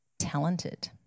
talented